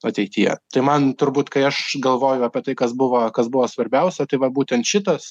ateityje tai man turbūt kai aš galvoju apie tai kas buvo kas buvo svarbiausia tai va būtent šitas